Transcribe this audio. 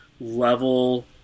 level